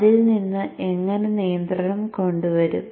അതിൽ നിന്ന് എങ്ങനെ നിയന്ത്രണം കൊണ്ടുവരും